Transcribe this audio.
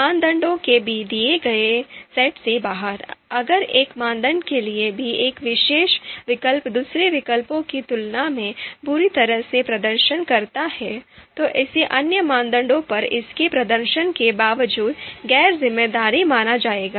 मानदंडों के दिए गए सेट से बाहर अगर एक मानदंड के लिए भी एक विशेष विकल्प दूसरे विकल्प की तुलना में बुरी तरह से प्रदर्शन करता है तो इसे अन्य मानदंडों पर इसके प्रदर्शन के बावजूद गैर जिम्मेदार माना जाएगा